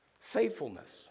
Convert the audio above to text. Faithfulness